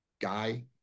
guy